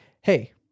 hey